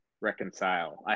reconcile